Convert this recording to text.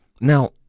Now